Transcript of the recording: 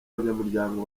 banyamuryango